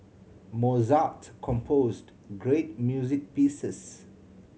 Mozart composed great music pieces